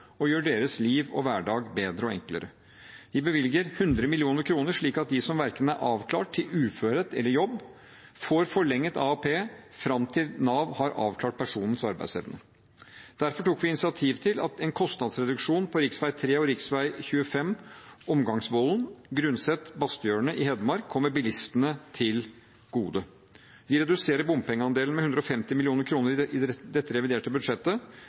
og gjør deres liv og hverdag bedre og enklere. Vi bevilger 100 mill. kr slik at de som verken er avklart til uførhet eller til jobb, får forlenget AAP fram til Nav har avklart personens arbeidsevne. Derfor tok vi initiativ til at en kostnadsreduksjon på rv. 3 og rv. 25 Ommangsvolden–Grundset/Basthjørnet i Hedmark kommer bilistene til gode. Vi reduserer bompengeandelen med 150 mill. kr i dette reviderte budsjettet.